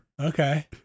Okay